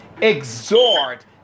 exhort